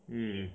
mm